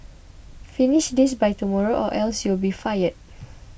finish this by tomorrow or else you'll be fired